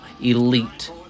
elite